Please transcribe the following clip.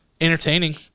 entertaining